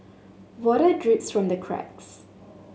water drips from the cracks